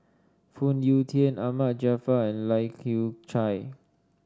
Phoon Yew Tien Ahmad Jaafar and Lai Kew Chai